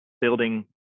building